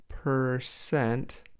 Percent